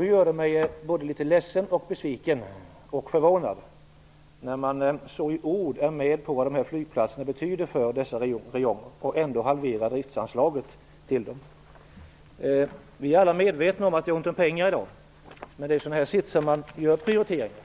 Det gör mig litet ledsen, besviken och förvånad när man i ord instämmer i vad dessa flygplatser betyder för dessa regioner samtidigt som man halverar driftsanlaget. Vi är alla medvetna om att det är ont om pengar i dag, men det är i sådana här lägen som man gör prioriteringar.